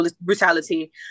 brutality